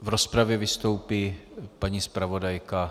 V rozpravě vystoupí paní zpravodajka.